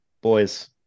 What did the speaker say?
boys